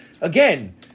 again